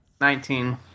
nineteen